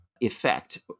effect